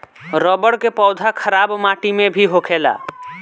रबड़ के पौधा खराब माटी में भी होखेला